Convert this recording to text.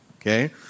okay